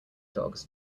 dogs